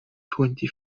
twenty